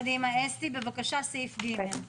קדימה, אסתי, בבקשה, סעיף (ג).